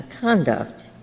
conduct